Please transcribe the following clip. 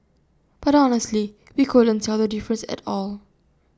but honestly we couldn't tell the difference at all